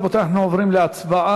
רבותי, אנחנו עוברים להצבעה.